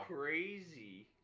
crazy